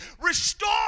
restore